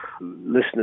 Listeners